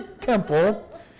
temple